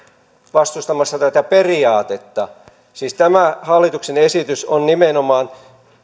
vastustamassa tätä periaatetta siis tämä hallituksen esitys on nimenomaan